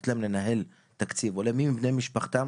לתת להם לנהל תקציב או למי מבני משפחתם,